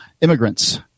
immigrants